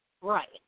Right